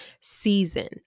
season